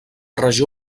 regió